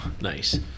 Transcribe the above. nice